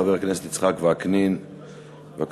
חבר הכנסת יצחק וקנין, בבקשה.